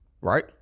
right